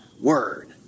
word